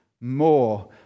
more